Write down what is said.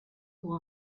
pour